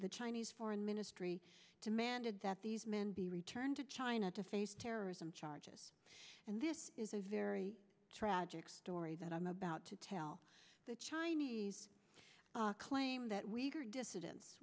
the chinese foreign ministry demanded that these men be returned to china to face terrorism charges and this is a very tragic story that i'm about to tell the chinese claim that week or dissidents